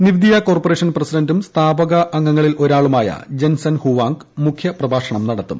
Nvidia corporation പ്രസിഡന്റും സ്ഥാപകാംഗങ്ങളിൽ ഒരാളുമായ ജൻസൺ ഹുവാങ്ക് മുഖ്യ പ്രഭാഷണം നടത്തും